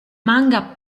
manga